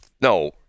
No